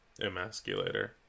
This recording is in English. emasculator